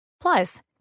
Plus